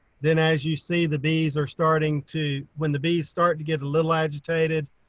then as you see the bees are starting to, when the bees start to get a little agitated,